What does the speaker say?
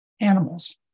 Animals